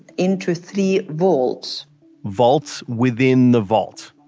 into three vaults vaults within the vault.